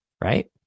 right